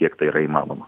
kiek tai yra įmanoma